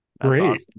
Great